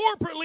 corporately